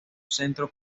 centro